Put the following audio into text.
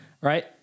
Right